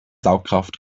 saugkraft